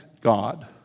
God